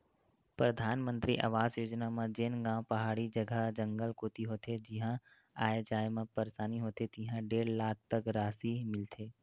परधानमंतरी आवास योजना म जेन गाँव पहाड़ी जघा, जंगल कोती होथे जिहां आए जाए म परसानी होथे तिहां डेढ़ लाख तक रासि मिलथे